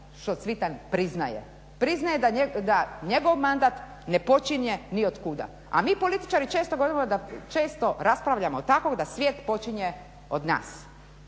što Cvitan priznaje. Priznaje da njegov mandat ne počinje ni od kuda. A mi političari često raspravljamo tako da svijet počinje od nas.